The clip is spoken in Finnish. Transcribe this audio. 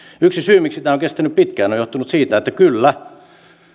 yksi syy miksi tämä on kestänyt pitkään on johtunut siitä että kyllä